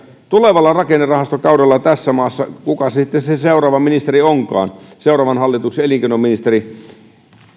tulevalla rakennerahastokaudella tässä maassa kuka sitten se se seuraava ministeri onkaan seuraavan hallituksen elinkeinoministeri